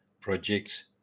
projects